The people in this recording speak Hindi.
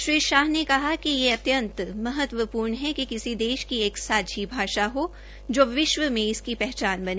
श्री शाह ने कहा कि यह अत्यंत महत्वपूर्ण है कि किसी देश की एक सांझी भाषा हो जो विश्व में इसकी पहचान बने